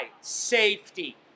Safety